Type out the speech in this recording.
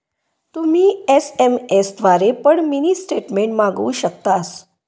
तुम्ही एस.एम.एस द्वारे पण मिनी स्टेटमेंट मागवु शकतास